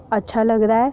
अच्छा लगदा ऐ